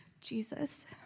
Jesus